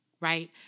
right